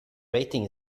rating